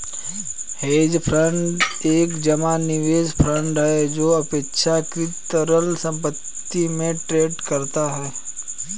hedge fund एक जमा निवेश फंड है जो अपेक्षाकृत तरल संपत्ति में ट्रेड करता है